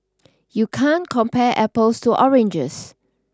you can't compare apples to oranges